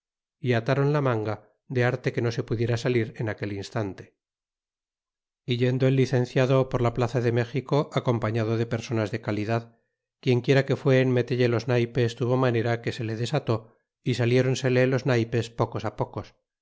y ataron la manga de arte que no se pudiesen salir en aquel instante y yendo el licenciado por la plaza de méxico acompañado de personas de calidad quien quiera que fué en metelle los naypes tuvo manera que se le desató é saliéronsele los naypes pocos ti pocos